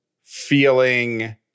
Feeling